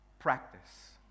practice